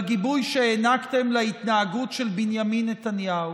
בגיבוי שהענקתם להתנהגות של בנימין נתניהו,